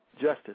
justice